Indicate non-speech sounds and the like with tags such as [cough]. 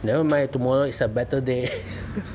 never mind tomorrow is a better day [laughs]